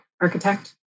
architect